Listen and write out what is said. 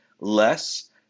less